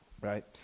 right